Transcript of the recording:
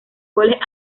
goles